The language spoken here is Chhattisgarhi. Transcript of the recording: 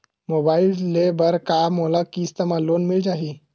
मोबाइल ले बर का मोला किस्त मा लोन मिल जाही?